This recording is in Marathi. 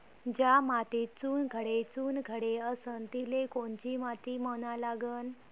ज्या मातीत चुनखडे चुनखडे असन तिले कोनची माती म्हना लागन?